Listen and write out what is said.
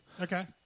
Okay